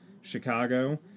Chicago